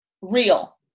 real